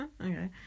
Okay